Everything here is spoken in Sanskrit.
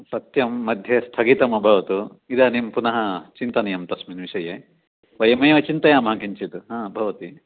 सत्यं मध्ये स्थगितम् अभवत् इदानीं पुनः चिन्तनीयं तस्मिन् विषये वयमेव चिन्तयामः किञ्चित् भवति